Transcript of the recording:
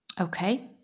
Okay